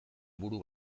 buru